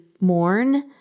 mourn